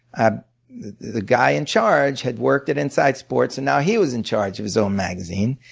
ah the guy in charge had worked at inside sports and now he was in charge of his own magazine.